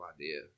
idea